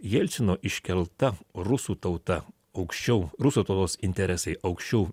jelcino iškelta rusų tauta aukščiau rusų tautos interesai aukščiau